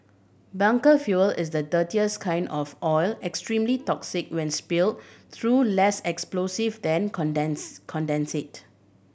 bunker fuel is the dirtiest kind of oil extremely toxic when spill though less explosive than condensate